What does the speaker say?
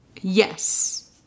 Yes